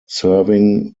serving